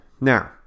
now